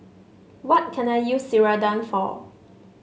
what can I use Ceradan for